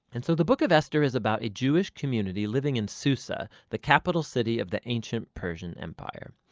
and so the book of esther is about a jewish community living in susa, the capital city of the ancient persian empire.